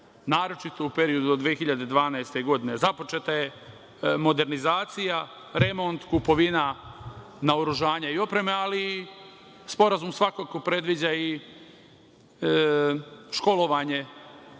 naročito u periodu do 2012. godine. Započeta je modernizacija, remont, kupovina naoružanja i opreme, ali sporazum svakako predviđa i školovanje